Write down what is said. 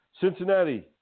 Cincinnati